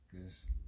Cause